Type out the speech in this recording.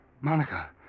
Monica